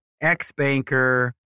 ex-banker